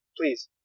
Please